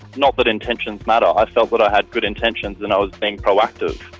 not that intentions matter, i felt that i had good intentions and i was being proactive.